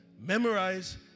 memorize